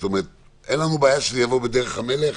כלומר, אין לנו בעיה שזה יבוא בדרך המלך,